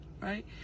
Right